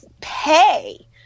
pay